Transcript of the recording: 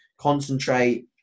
concentrate